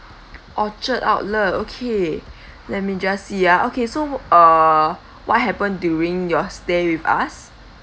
orchard outlet okay let me just see ah okay so uh what happened during your stay with us